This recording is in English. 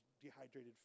dehydrated